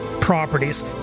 properties